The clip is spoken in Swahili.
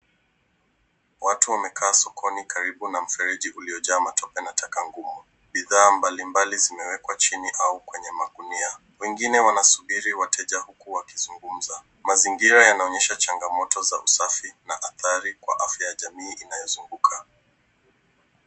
Watu wamekaa sokoni karibu na mfereji uliyojaa tope na taka ngumu. Bidhaa mbalimbali zimewekwa chini au kwenye magunia. Wengine wanasubiri wateja huku wakizungumza. Mazingira yanaonyesha changamoto za usafi na athari kwa afya ya jamii inayozunguka.